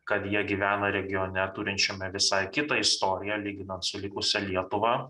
kad jie gyvena regione turinčiame visai kitą istoriją lyginant su likusia lietuva